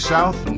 South